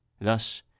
Thus